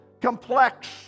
complex